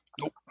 Nope